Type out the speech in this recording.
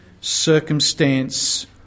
circumstance